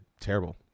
terrible